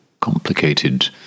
complicated